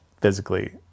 physically